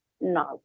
No